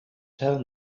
tell